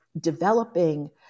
developing